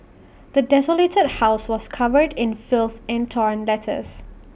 the desolated house was covered in filth and torn letters